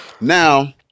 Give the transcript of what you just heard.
now